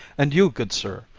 and you, good sir!